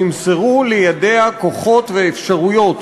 נמסרו לידיה כוחות ואפשרויות